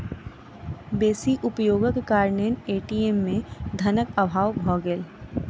बेसी उपयोगक कारणेँ ए.टी.एम में धनक अभाव भ गेल